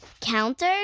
counter